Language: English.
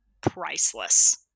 Priceless